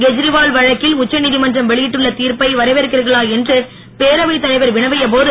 கேஜ்ரிவால் வழக்கில் உச்ச நீதமன்றம் வெளியிட்டுள்ள கிர்ப்பை வரவேற்கிறீர்களா என்று பேரவைத் தலைவர் வினவிய போது